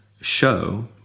show